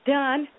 done